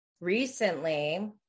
recently